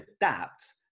adapt